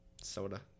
soda